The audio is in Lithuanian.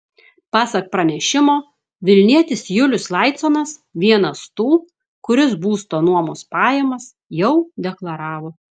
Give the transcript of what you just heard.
pasak pranešimo vilnietis julius laiconas vienas tų kuris būsto nuomos pajamas jau deklaravo